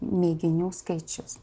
mėginių skaičius